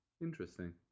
interesting